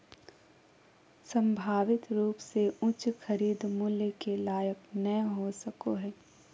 संभावित रूप से उच्च खरीद मूल्य के लायक नय हो सको हइ